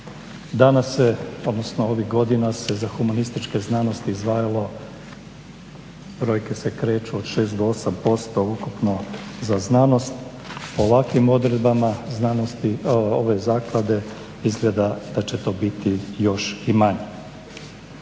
Danas se, odnosno ovih godina se za humanističke znanosti izdvajalo brojke se kreću od 6 do 8% ukupno za znanost. Ovakvim odredbama ove zaklade izgleda da će to biti još i manje.